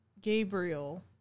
Gabriel